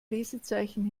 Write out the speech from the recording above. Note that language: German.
lesezeichen